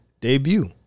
debut